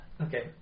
Okay